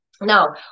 now